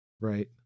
Right